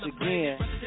again